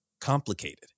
complicated